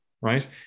right